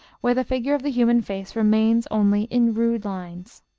where the figure of the human face remains only in rude lines.